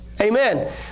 Amen